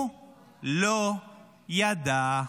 הוא לא ידע.